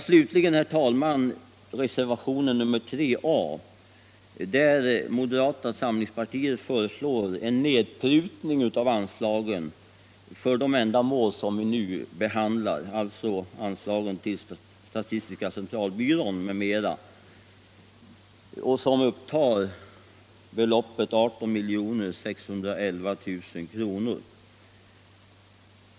Slutligen, herr talman, till reservationen 3 a, där moderata samlingspartiet föreslår en nedprutning av anslagen för de ändamål som vi nu behandlar, alltså anslagen till statistiska centralbyrån m.m., som upptar 18 611 000 kr.